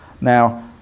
Now